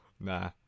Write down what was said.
Nah